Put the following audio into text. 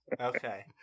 okay